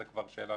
זאת כבר שאלה